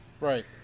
Right